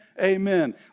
Amen